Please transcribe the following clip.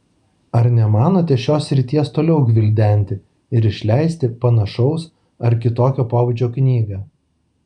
ar nemanote šios srities toliau gvildenti ir išleisti panašaus ar kitokio pobūdžio knygą